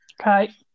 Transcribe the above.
okay